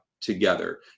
together